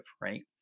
Right